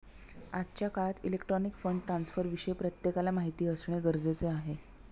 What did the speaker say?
आजच्या काळात electronic fund ट्रान्स्फरविषयी प्रत्येकाला माहिती असणे गरजेचे आहे